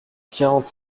quarante